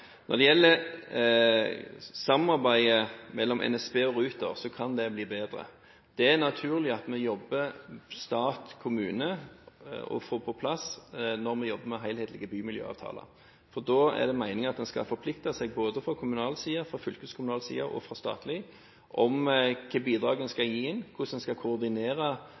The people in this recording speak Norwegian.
Når det gjelder samarbeidet mellom NSB og Ruter, så kan det bli bedre. Det er naturlig at vi jobber stat–kommune og får det på plass når vi jobber med helhetlige bymiljøavtaler. Da er det meningen at en skal forplikte seg både fra kommunal, fra fylkeskommunal og fra statlig side om hva slags bidrag en skal gi, hvordan en skal koordinere